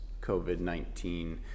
COVID-19